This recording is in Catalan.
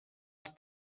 els